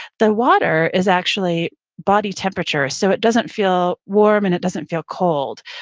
the water is actually body temperature, so it doesn't feel warm and it doesn't feel cold.